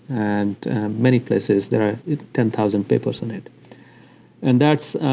and many places. there are ten thousand papers on it and that's,